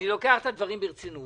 אני לוקח את הדברים ברצינות,